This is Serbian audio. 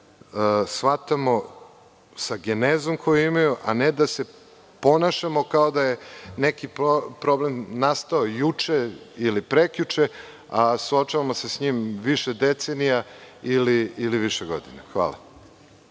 shvatamo sa genezom koju imaju, a ne da se ponašamo kao da je neki problem nastao juče ili prekjuče, a suočavamo se sa njim više decenija, ili više godina. Hvala.